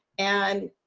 and